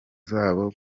zabo